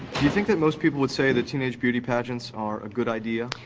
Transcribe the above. you think that most people would say the teenage beauty pageants are a good idea?